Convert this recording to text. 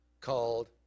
called